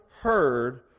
heard